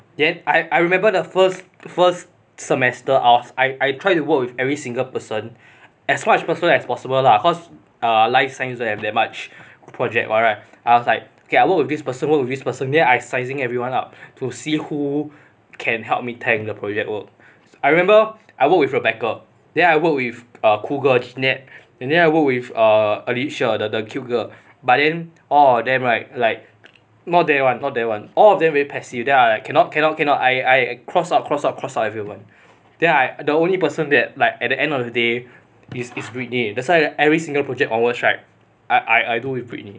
then I I remember the first first semester off I I try to work with every single person as much person as possible lah cause life science don't have that much project [one] right I was like K I work with this person work this person then I sizing everyone up to see who can help me tank the project work I remember I work with rebecca then I work with cool girl jeanette and then I worked with err alicia the the cute girl but them all of them right like not there [one] not there [one] all of them very passive then I cannot cannot I cross out cross out everyone then I the only person that like at the end of the day is is britney that's why every single project onwards right I I I do with britney